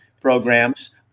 programs